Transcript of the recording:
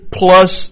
plus